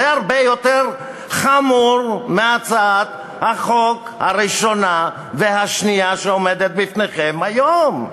זה הרבה יותר חמור מהצעת החוק הראשונה והשנייה שעומדות בפניכם היום.